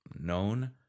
known